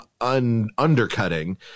undercutting